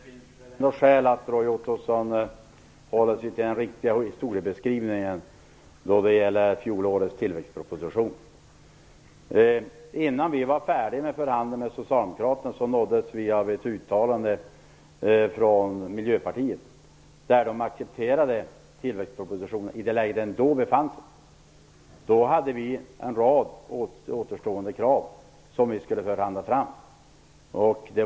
Fru talman! Det finns skäl för Roy Ottosson att hålla sig till den riktiga historiebeskrivningen då det gäller fjolårets tillväxtproposition. Innan vi var färdiga med förhandlingarna med Socialdemokraterna nåddes vi av ett uttalande från Miljöpartiet där man accepterade tillväxtpropositionen i just det läget. Då hade vi en rad återstående krav som vi skulle förhandla om.